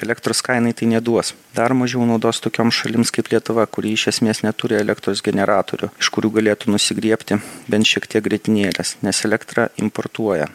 elektros kainai tai neduos dar mažiau naudos tokioms šalims kaip lietuva kuri iš esmės neturi elektros generatorių iš kurių galėtų nusigriebti bent šiek tiek grietinėlės nes elektrą importuoja